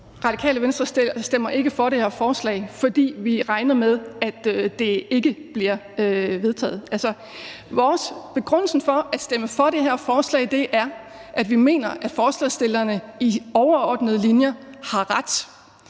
Radikale Venstre stemmer ikke for det her forslag, fordi vi regner med, at det ikke bliver vedtaget. Vores begrundelse for at stemme for det her forslag er, at vi mener, at forslagsstillerne i overordnede træk har ret.